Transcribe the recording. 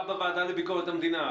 הייתי אצלך בוועדת הקורונה.